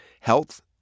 health